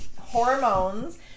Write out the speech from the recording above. hormones